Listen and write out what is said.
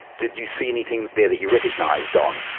did you see anything there that you recognised don?